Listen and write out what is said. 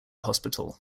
hospital